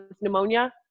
pneumonia